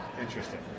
Interesting